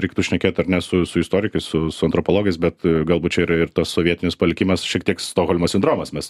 reiktų šnekėt ar ne su su istorikais su su antropologais bet galbūt čia yra ir tas sovietinis palikimas šiek tiek stokholmo sindromas mes